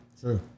true